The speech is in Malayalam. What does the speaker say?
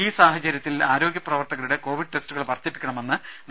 ഈ സാഹചര്യത്തിൽ ആരോഗ്യ പ്രവർത്തകരുടെ കൊവിഡ് ടെസ്റ്റുകൾ വർധിപ്പിക്കണമെന്ന് ഡോ